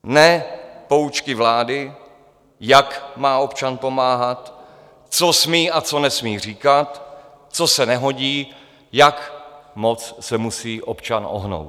Ne poučky vlády, jak má občan pomáhat, co smí, a nesmí říkat, co se nehodí, jak moc se musí občan ohnout.